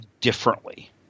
differently